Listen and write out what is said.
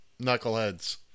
knuckleheads